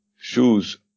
shoes